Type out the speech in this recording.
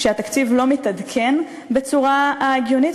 שהתקציב לא מתעדכן בצורה הגיונית,